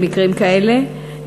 למקרים כאלה,